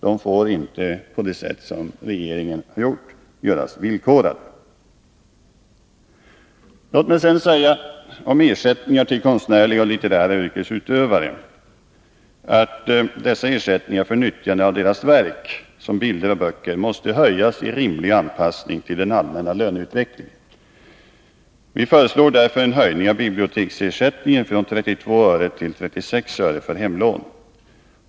De får inte på det sätt som regeringen har föreslagit göras villkorliga. Ersättningen till konstnärliga och litterära yrkesutövare för utnyttjande av deras verk som bilder och böcker måste höjas i rimlig anpassning till den allmänna löneutvecklingen. Vi föreslår därför en höjning av biblioteksersättningen från 32 öre till 36 öre för hemlån.